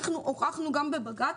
אנחנו הוכחנו גם בבג"צ,